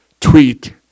Tweet